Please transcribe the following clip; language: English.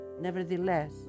Nevertheless